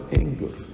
anger